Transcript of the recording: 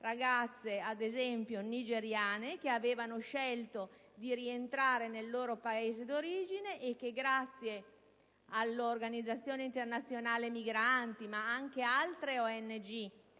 ragazze nigeriane che avevano scelto di rientrare nel loro Paese di origine e che, grazie all'Organizzazione internazionale migranti ma anche ad altre ONG